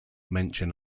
mention